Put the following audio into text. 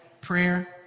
Prayer